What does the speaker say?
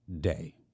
Day